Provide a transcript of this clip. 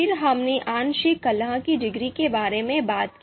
फिर हमने आंशिक कलह की डिग्री के बारे में बात की